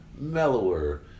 mellower